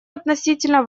относительно